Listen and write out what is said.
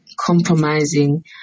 compromising